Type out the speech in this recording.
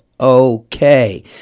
okay